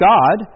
God